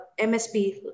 MSP